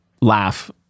laugh